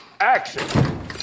Action